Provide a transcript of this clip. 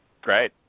Great